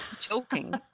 Joking